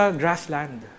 grassland